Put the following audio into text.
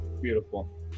Beautiful